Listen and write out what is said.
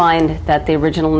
mind that they originally